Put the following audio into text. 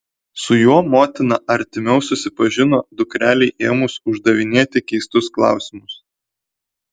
su juo motina artimiau susipažino dukrelei ėmus uždavinėti keistus klausimus